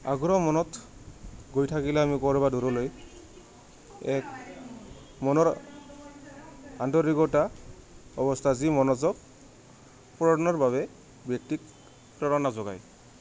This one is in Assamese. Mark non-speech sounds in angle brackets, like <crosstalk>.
আগৰ <unintelligible> অৱস্থা যি মনোযোগ পূৰণৰ বাবে ব্যক্তিক প্ৰেৰণা যোগায়